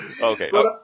Okay